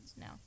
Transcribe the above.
No